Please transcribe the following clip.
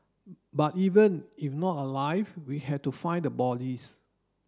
but even if not alive we had to find the bodies